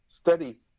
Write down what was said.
study